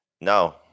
No